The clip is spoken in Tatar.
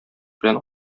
белән